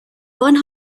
one